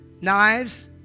Knives